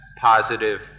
positive